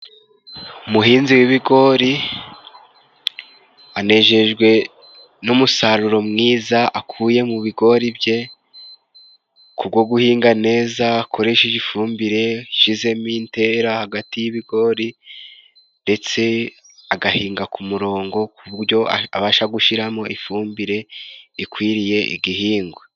Umuhinzi w'ibigori anejejwe n'umusaruro mwiza akuye mu bigori bye, ku gwo guhinga neza akoresheje ifumbire, yashyizemo intera hagati y'ibigori ndetse agahinga ku murongo ku buryo abasha gushyiramo ifumbire ikwiriye igihingwa.